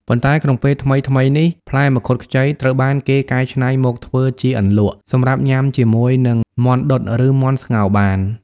ប៉ុន្តែក្នុងពេលថ្មីៗនេះ ផ្លែមង្ឃុតខ្ចី ត្រូវបានគេកៃច្នៃមកធ្វើជាអន្លក់ សម្រាប់ញ៉ាំជាមួយនឹង មាន់ដុតឬមាន់ស្ងោរបាន។